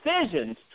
decisions